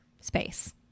space